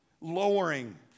lowering